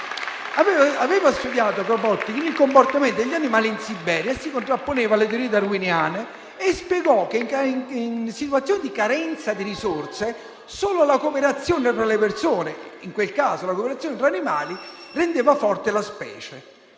aveva studiato il comportamento degli animali in Siberia e si contrapponeva alle teorie darwiniane, spiegando che, in situazioni di carenza di risorse, solo la cooperazione fra le persone, in quel caso la cooperazione tra animali, rendeva forte la specie.